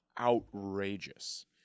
outrageous